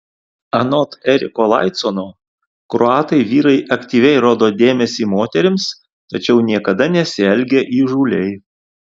anot eriko laicono kroatai vyrai aktyviai rodo dėmesį moterims tačiau niekada nesielgia įžūliai